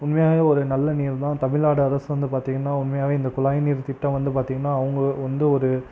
உண்மையாகவே ஒரு நல்ல நீர் தான் தமிழ்நாடு அரசு வந்து பார்த்தீங்கன்னா உண்மையாகவே இந்த குழாய் நீர் திட்டம் வந்து பார்த்தீங்கன்னா அவங்க வந்து ஒரு